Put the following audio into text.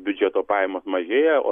biudžeto pajamos mažėja o